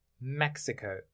Mexico